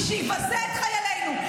מי שיבזה את חיילינו,